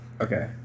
Okay